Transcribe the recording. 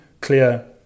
clear